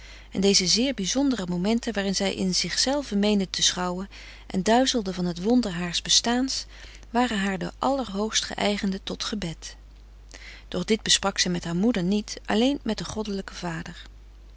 en deze zeer bizondere momenten waarin zij in zichzelven meende te schouwen en duizelde van het wonder haars bestaans waren haar de allerhoogst geëigende tot gebed doch dit besprak zij met haar moeder niet alleen met den goddelijken vader